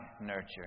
nurture